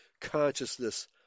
consciousness